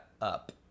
up